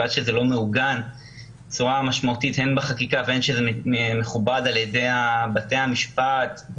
עד שזה לא מעוגן בצורה משמעותית בחקיקה ומכובד על ידי בתי המשפט,